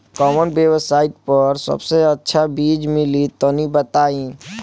कवन वेबसाइट पर सबसे अच्छा बीज मिली तनि बताई?